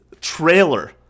trailer